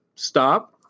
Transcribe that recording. Stop